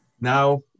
now